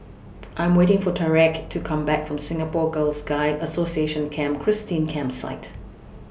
I Am waiting For Tyreke to Come Back from Singapore Girls Guides Association Camp Christine Campsite